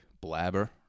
Blabber